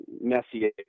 Messier